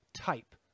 type